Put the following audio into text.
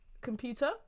computer